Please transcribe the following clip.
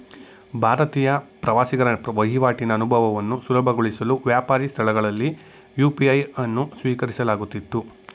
ಭಾರತೀಯ ಪ್ರವಾಸಿಗರ ವಹಿವಾಟಿನ ಅನುಭವವನ್ನು ಸುಲಭಗೊಳಿಸಲು ವ್ಯಾಪಾರಿ ಸ್ಥಳಗಳಲ್ಲಿ ಯು.ಪಿ.ಐ ಅನ್ನು ಸ್ವೀಕರಿಸಲಾಗುತ್ತಿತ್ತು